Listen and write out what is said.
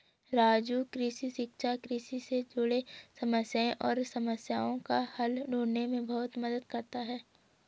राजू कृषि शिक्षा कृषि से जुड़े समस्याएं और समस्याओं का हल ढूंढने में बहुत मदद करता है